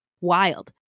wild